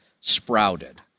sprouted